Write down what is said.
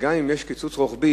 שגם אם יש קיצוץ רוחבי,